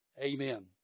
Amen